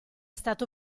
stato